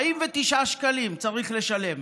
49 שקלים צריך לשלם,